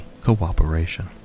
cooperation